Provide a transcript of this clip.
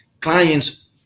Clients